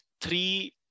three